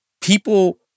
People